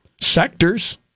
sectors